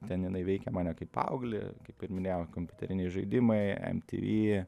ten jinai veikė mane kaip paauglį kaip ir minėjau kompiuteriniai žaidimai mtv